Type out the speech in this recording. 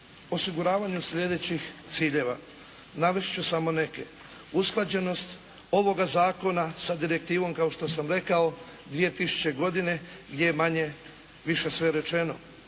osiguravanju slijedećih ciljeva. Navest ću samo neke. Usklađenost ovoga zakona sa Direktivom kao što sam rekao 2000. godine gdje je manje-više sve rečeno,